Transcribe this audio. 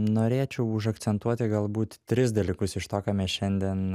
norėčiau užakcentuoti galbūt tris dalykus iš to ką mes šiandien